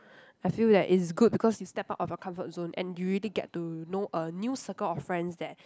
I feel that it's good because you step out of your comfort zone and you really get to know a new circle of friends there